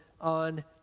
on